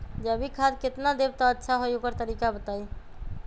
जैविक खाद केतना देब त अच्छा होइ ओकर तरीका बताई?